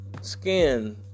skin